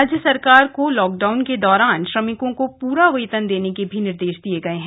राज्य सरकार को लॉकडाउन के दौरान श्रमिकों को पूरा वेतन देने के निर्देश भी दिये गए हैं